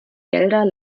gelder